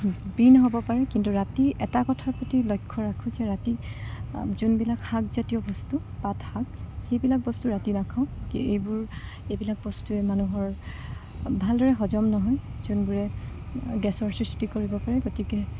বীণ হ'ব পাৰে কিন্তু ৰাতিৰ এটা কথাৰ প্ৰতি লক্ষ্য ৰাখোঁ যে ৰাতিৰ যোনবিলাক শাক জাতীয় বস্তু পাত শাক সেইবিলাক বস্তু ৰাতি নাখাওঁ এইবোৰ এইবিলাক বস্তুৱে মানুহৰ ভালদৰে হজম নহয় যোনবোৰে গেছৰ সৃষ্টি কৰিব পাৰে গতিকে